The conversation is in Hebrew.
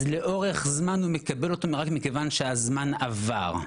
לאורך זמן הוא מקבל אותו רק מכוון זה זמן עבר.